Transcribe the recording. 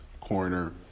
corner